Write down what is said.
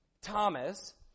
Thomas